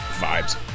vibes